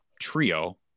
trio